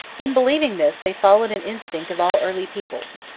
in believing this they followed an instinct of all early peoples,